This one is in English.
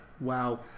Wow